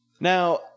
Now